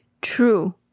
true